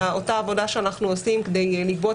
אלא אותה עבודה שאנחנו עושים כדי לגבות